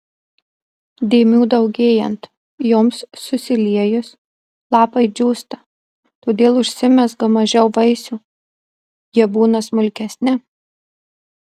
dėmių daugėjant joms susiliejus lapai džiūsta todėl užsimezga mažiau vaisių jie būna smulkesni